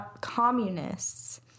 communists